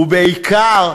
ובעיקר,